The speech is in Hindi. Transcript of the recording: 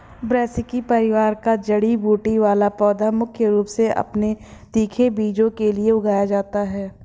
ब्रैसिसेकी परिवार का जड़ी बूटी वाला पौधा मुख्य रूप से अपने तीखे बीजों के लिए उगाया जाता है